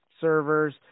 servers